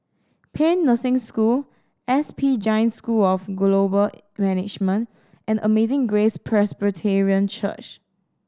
Paean Nursing School S P Jain School of Global Management and Amazing Grace Presbyterian Church